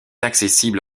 accessible